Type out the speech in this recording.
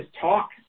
talk